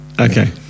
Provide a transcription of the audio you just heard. Okay